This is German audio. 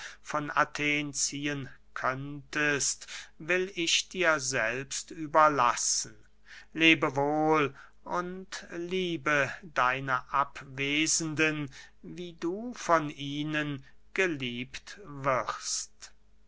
von athen ziehen könntest will ich dir selbst überlassen lebe wohl und liebe deine abwesenden wie du von ihnen geliebt wirst